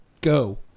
go